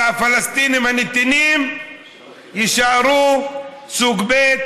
והפלסטינים הנתינים יישארו סוג ב'.